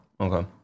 Okay